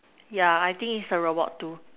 yeah I think is a robot too